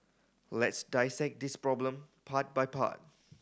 let's dissect this problem part by part